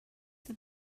that